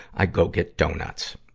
i go get doughnuts.